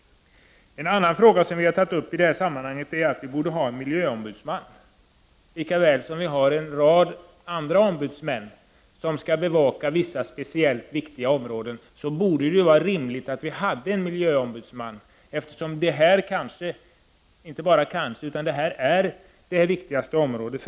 En annan fråga som vi har tagit upp är att vi borde ha en miljöombudsman. Lika väl som vi har en rad andra ombudsmän, som skall bevaka vissa speciellt viktiga områden, borde det vara rimligt att vi hade en miljöombudsman, eftersom miljön är det viktigaste området.